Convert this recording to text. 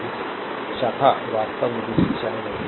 इस शाखा वास्तव में दूसरी दिशा में बहती है